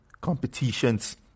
competitions